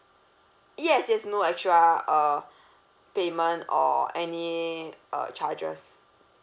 yes yes no extra uh payment or any uh charges